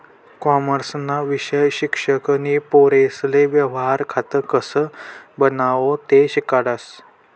कॉमर्सना विषय शिक्षक नी पोरेसले व्यवहार खातं कसं बनावो ते शिकाडं